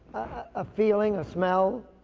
a feeling, a smell.